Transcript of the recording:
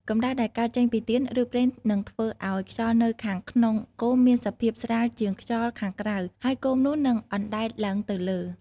កម្តៅដែលកើតចេញពីទៀន ឬប្រេងនឹងធ្វើឲ្យខ្យល់នៅខាងក្នុងគោមមានសភាពស្រាលជាងខ្យល់ខាងក្រៅ ហើយគោមនោះនឹងអណ្តែតឡើងទៅលើ។